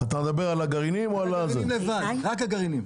רק הגרעיניים.